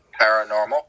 Paranormal